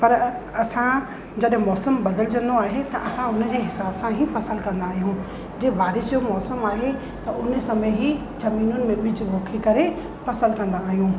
पर असां जॾहिं मौसम बदिलजंदो आहे त असां उन जे हिसाब सां ई फ़सुलु कंदा आहियूं जीअं बारिश जो मौसम आहे त उन समय ई जमीनुनि में ॿिज पोखे करे फ़सुलु कंदा आहियूं